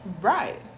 Right